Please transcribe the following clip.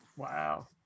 Wow